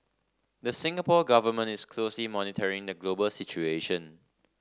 the Singapore Government is closely monitoring the global situation